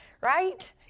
right